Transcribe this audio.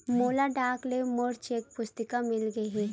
मोला डाक ले मोर चेक पुस्तिका मिल गे हे